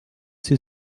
sie